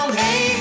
hey